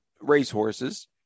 racehorses